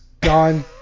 gone